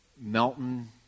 Melton